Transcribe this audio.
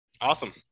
Awesome